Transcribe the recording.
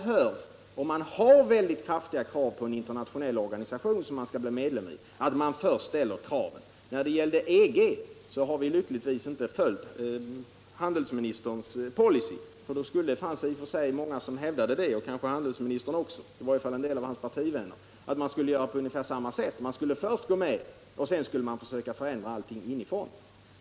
Har man mycket starka krav på en in = ska utvecklingsbanternationell organisation som man vill bli medlem i, måste det vara rimligt — kens utlåatt man först ställer kraven. ningspolitik Beträffande EG följde vi lyckligtvis inte den policy som handelsministern tillämpar i det här fallet. Det fanns många som hävdade att vi borde ha gjort det — kanske också handelsministern, i varje fall vissa av hans partivänner. Man ville göra på ungefär samma sätt, alltså först gå med för att sedan försöka ändra allting inifrån.